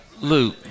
Lou